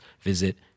visit